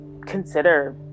consider